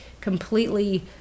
completely